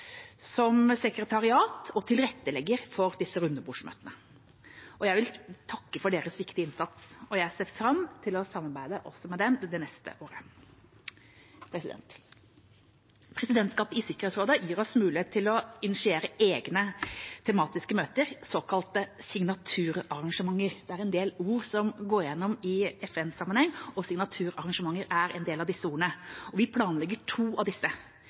som sekretariat og tilrettelegger for disse rundebordsmøtene. Jeg vil takke for deres viktige innsats, og jeg ser fram til å samarbeide også med dem det neste året. Presidentskapet i Sikkerhetsrådet gir oss mulighet til å initiere egne tematiske møter, såkalte signaturarrangementer. Det er en del ord som går igjen i FN-sammenheng, «signaturarrangement» er av disse ordene. Vi planlegger for to av disse.